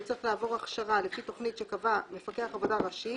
הוא צריך לעבור הכשרה לפי תוכנית שקבע מפקח עבודה ראשי